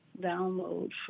Download